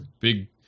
Big